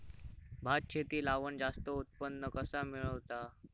भात शेती लावण जास्त उत्पन्न कसा मेळवचा?